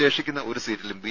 ശേഷിക്കുന്ന ഒരു സീറ്റിലും ബി